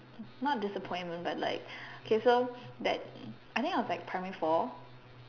not disappointment but like kay so that I think I was primary four